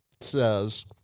says